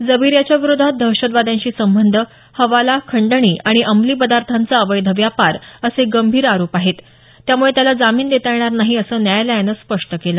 जबीर याच्या विरोधात दहशदवाद्यांशी संबंध हवाला खंडणी आणि अंमली पदार्थांचा अवैध व्यापार असे गंभीर आरोप आहेत त्यामुळे त्याला जामीन देता येणार नाही असं न्यायालयानं स्पष्ट केलं